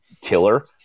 killer